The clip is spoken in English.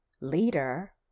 leader